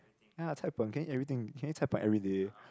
ya Cai-Peng can eat everything can eat cai-Peng everyday